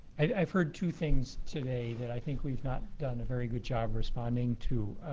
i've heard two things today that i think we've not done a very good job responding to.